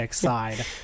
side